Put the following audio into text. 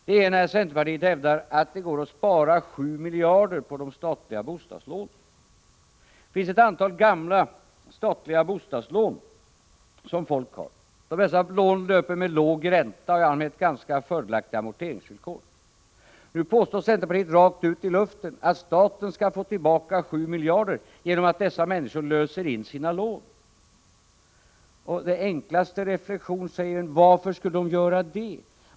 Det är när centerpartiet hävdar att det går att spara 7 miljarder på de statliga bostadslånen. Det finns nu ett antal gamla, statliga bostadslån som folk har och som löper med låg ränta och i allmänhet ganska fördelaktiga amorteringsvillkor. Nu påstår man inom centerpartiet, rakt ut i luften, att staten skulle få tillbaka 7 miljarder genom att dessa människor löser in sina lån. Den enklaste reflexion leder till frågan: Varför skulle de göra det?